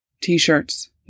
T-shirts